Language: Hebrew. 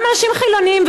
גם אנשים חילונים,